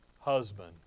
husband